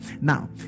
Now